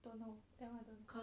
don't know that [one] don't know